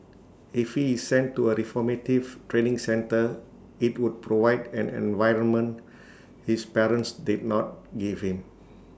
if he is sent to A reformative training centre IT would provide an environment his parents did not give him